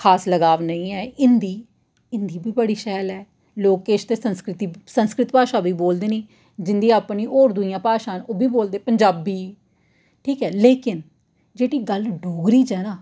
खास लगाव नेईं ऐ हिन्दी हिन्दी बी बड़ी शैल ऐ लोक किश ते संस्कृती संस्कृत भाशा बी बोलदे न जिं'दी अपनी होर दूइयां भाशां न उब्भी बोलदे न जि'यां पंजाबी ठीक ऐ लेकिन जेह्ड़ी गल्ल डोगरी च ऐ ना